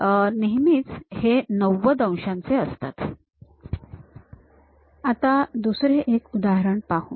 तर नेहमीच हे ९० अंशाचेंच असतात आता दुसरे एक उदाहरण पाहू